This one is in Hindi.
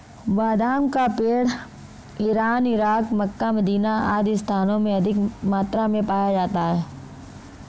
बादाम का पेड़ इरान, इराक, मक्का, मदीना आदि स्थानों में अधिक मात्रा में पाया जाता है